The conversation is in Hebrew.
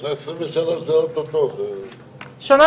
אין שום